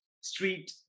street